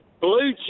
Blue